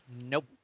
Nope